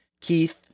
Keith